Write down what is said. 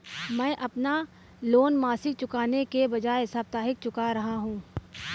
मैं अपना लोन मासिक चुकाने के बजाए साप्ताहिक चुका रहा हूँ